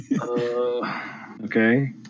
Okay